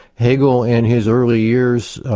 hegel in his early years,